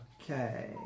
Okay